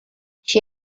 she